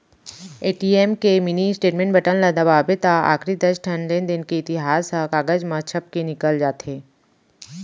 ATM के mini statement button ल दबावें त आखरी दस ठन लेनदेन के इतिहास ह कागज म छपके निकल जाथे